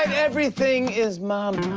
and everything is mama.